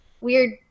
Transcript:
weird